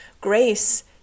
grace